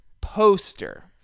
poster